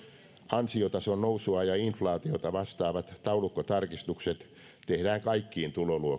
ansiotason nousua ja inflaatiota vastaavat taulukkotarkistukset tehdään kaikkiin tuloluokkiin